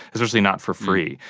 especially not for free.